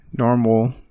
normal